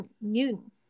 Newton